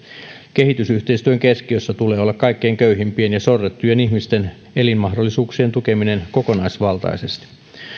kehitysyhteistyön keskiössä tulee olla kaikkein köyhimpien ja sorrettujen ihmisten elinmahdollisuuksien tukeminen kokonaisvaltaisesti